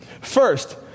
First